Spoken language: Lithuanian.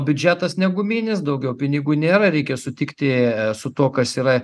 biudžetas ne guminis daugiau pinigų nėra reikia sutikti su tuo kas yra